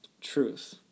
truth